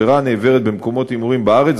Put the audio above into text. העבירה נעברת במקומות הימורים בארץ,